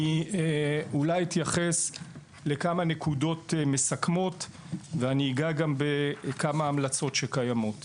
אני אתייחס לכמה נקודות מסכמות ואגע גם בכמה המלצות שקיימות בדוח.